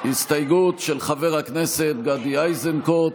הסתייגות של חבר הכנסת גדי איזנקוט.